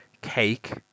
cake